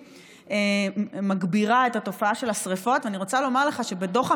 לומר לך את האמת,